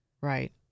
Right